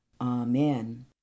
amen